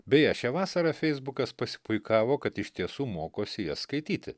beje šią vasarą feisbukas pasipuikavo kad iš tiesų mokosi jas skaityti